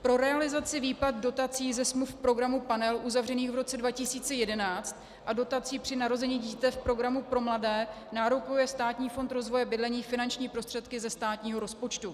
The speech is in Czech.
Pro realizaci výplat dotací ze smluv programu Panel uzavřených v roce 2011 a dotací při narození dítěte v programu pro mladé nárokuje Státní fond rozvoje bydlení finanční prostředky ze státního rozpočtu.